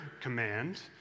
command